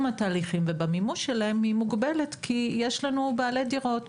התהליכים ובמימוש שלהם היא מוגבלת כי יש לנו בעלי דירות,